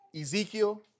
Ezekiel